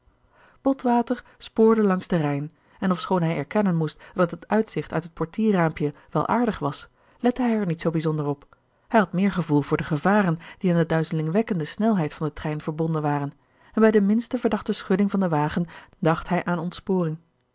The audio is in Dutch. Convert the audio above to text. botwater spoorde langs den rijn en ofschoon hij erkennen moest dat het uitzicht uit het portierraampje wel aardig gerard keller het testament van mevrouw de tonnette was lette hij er niet zoo bijzonder op hij had meer gevoel voor de gevaren die aan de duizelingwekkende snelheid van den trein verbonden waren en bij de minste verdachte schudding van den wagen dacht hij aan ontsporing